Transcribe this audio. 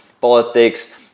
politics